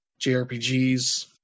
JRPGs